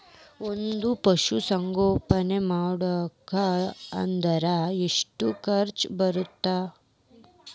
ಒಂದ್ ಪಶುಸಂಗೋಪನೆ ಮಾಡ್ಬೇಕ್ ಅಂದ್ರ ಎಷ್ಟ ಖರ್ಚ್ ಬರತ್ತ?